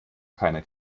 keiner